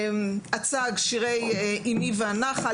אצ"ג - שירי אמי והנחל.